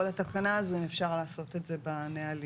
התקנה הזו אם אפשר לעשות את זה בנהלים.